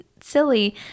silly